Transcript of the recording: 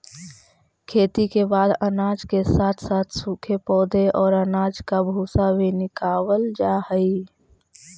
खेती के बाद अनाज के साथ साथ सूखे पौधे और अनाज का भूसा भी निकावल जा हई